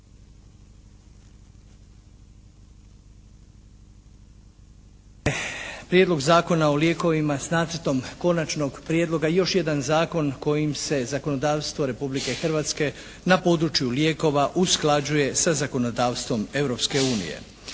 Prijedlog zakona o lijekovima s nacrtom konačnog prijedloga je još jedan zakon kojim se zakonodavstvo Republike Hrvatske na području lijekova usklađuje sa zakonodavstvom